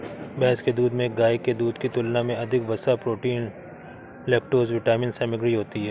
भैंस के दूध में गाय के दूध की तुलना में अधिक वसा, प्रोटीन, लैक्टोज विटामिन सामग्री होती है